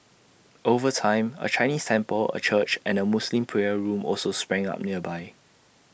over time A Chinese temple A church and A Muslim prayer room also sprang up nearby